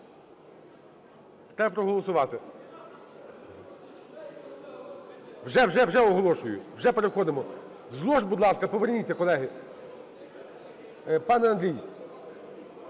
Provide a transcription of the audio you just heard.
Треба проголосувати. (Шум у залі) Вже, вже оголошую, вже переходимо. З лож, будь ласка, поверніться, колеги. Пане Андрій